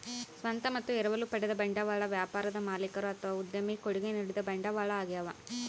ಸ್ವಂತ ಮತ್ತು ಎರವಲು ಪಡೆದ ಬಂಡವಾಳ ವ್ಯಾಪಾರದ ಮಾಲೀಕರು ಅಥವಾ ಉದ್ಯಮಿ ಕೊಡುಗೆ ನೀಡಿದ ಬಂಡವಾಳ ಆಗ್ಯವ